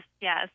yes